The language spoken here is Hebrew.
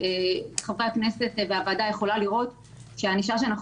חברי הוועדה יכולים לראות שהענישה שאנחנו